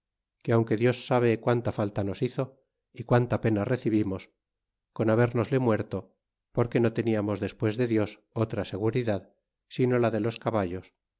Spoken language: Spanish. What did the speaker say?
que aunque dios sabe quanta falta nos hizo y quanta pena recibimos con habérnosle muerto porque no teniarnos despues de dios otra seguridad sino la de los caballos